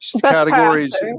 categories